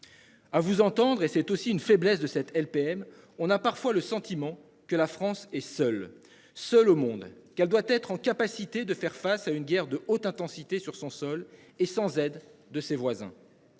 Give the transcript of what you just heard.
À vous entendre et c'est aussi une faiblesse de cette LPM. On a parfois le sentiment que la France est seule, seule au monde qu'elle doit être en capacité de faire face à une guerre de haute intensité sur son sol et sans aide de ses voisins.